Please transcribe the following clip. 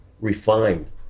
refined